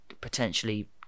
potentially